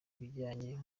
bijyanye